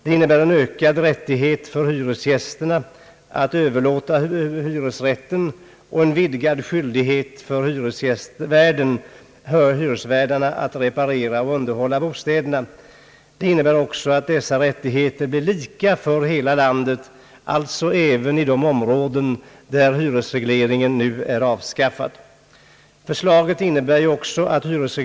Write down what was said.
Det innebär en ökad rättighet för hyresgästerna att överlåta hyresrätten och en vidgad skyldighet för hyresvärdarna att reparera och underhålla bostäderna. Det betyder också att dessa rättigheter blir lika för hela landet, alltså även i de områden där hyresregleringen nu är avskaffad.